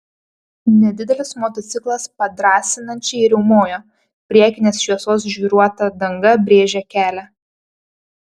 nedidelis motociklas padrąsinančiai riaumojo priekinės šviesos žvyruota danga brėžė kelią